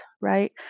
Right